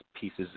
pieces